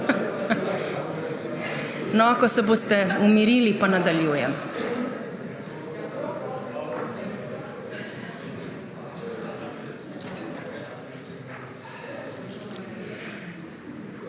No, ko se boste umirili, pa nadaljujem.